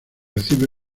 recibe